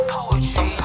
Poetry